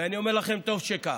ואני אומר לכם טוב שכך.